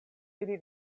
ili